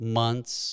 months